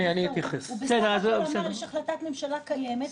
הוא בסך הכול אמר: יש החלטת ממשלה קיימת,